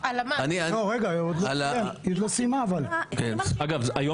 תוך הידברות --- כשחוקים יקבלו פ' אז אתה לא תחסוך דיון?